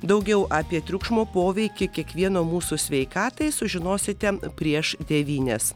daugiau apie triukšmo poveikį kiekvieno mūsų sveikatai sužinosite prieš devynias